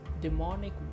demonic